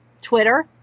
Twitter